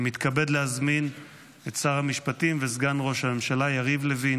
אני מתכבד להזמין את שר המשפטים וסגן ראש הממשלה יריב לוין